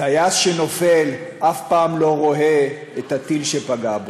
טייס שנופל אף פעם לא רואה את הטיל שפגע בו.